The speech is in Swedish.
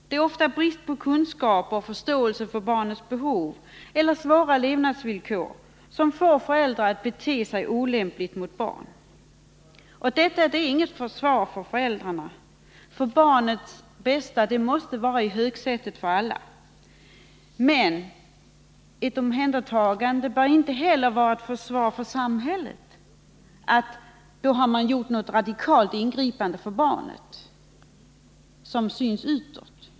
Det är ofta brist på kunskaper och förståelse för barnets behov — eller svåra levnadsvillkor — som får föräldrar att bete sig olämpligt mot sina barn. Detta är inget försvar för föräldrarna — barnets bästa måste vara i högsätet för alla. Men ett omhändertagande bör inte heller vara ett försvar för samhället genom att man då har gjort något radikalt ingripande för barnet som syns utåt.